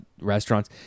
restaurants